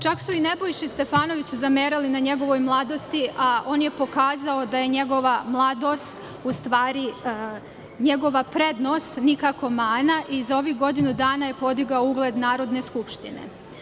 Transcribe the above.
Čak su i Nebojši Stefanoviću zamerali na njegovoj mladosti, a on je pokazao da je njegova mladost u stvari njegova prednost, a nikako mana i za ovih godinu dana je podigao ugled Narodne skupštine.